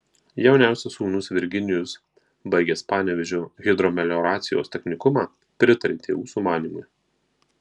jauniausias sūnus virginijus baigęs panevėžio hidromelioracijos technikumą pritarė tėvų sumanymui